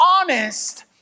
honest